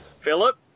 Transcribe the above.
Philip